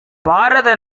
பாரத